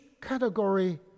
category